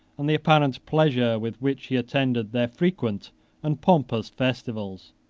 and the apparent pleasure with which he attended their frequent and pompous festivals.